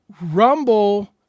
Rumble